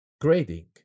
grading